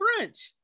brunch